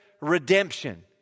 redemption